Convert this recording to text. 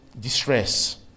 distress